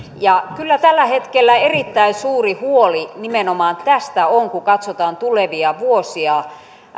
kyllä tällä hetkellä erittäin suuri huoli nimenomaan tästä on kun katsotaan tulevia vuosia